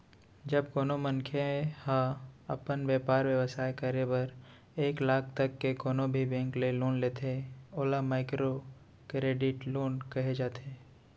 जब कोनो मनखे ह अपन बेपार बेवसाय करे बर एक लाख तक के कोनो भी बेंक ले लोन लेथे ओला माइक्रो करेडिट लोन कहे जाथे